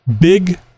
big